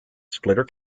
splitter